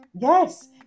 yes